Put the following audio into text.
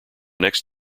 next